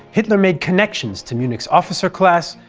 hitler made connections to munich's officer class,